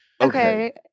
Okay